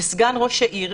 וסגן ראש העיר,